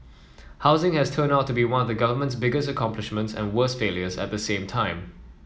housing has turned out to be one of the government's biggest accomplishments and worst failures at same time